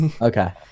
Okay